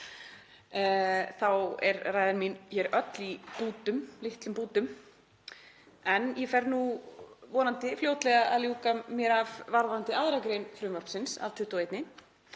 þá er ræðan mín hér öll í litlum bútum. En ég fer nú vonandi fljótlega að ljúka mér af varðandi 2. gr. frumvarpsins, af 21,